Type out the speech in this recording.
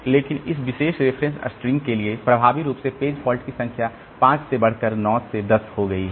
लेकिन इस विशेष रेफरेंस स्ट्रिंग के लिए प्रभावी रूप से पेज फॉल्ट की संख्या 5 से बढ़कर 9 से 10 हो गई है